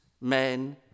men